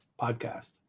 podcast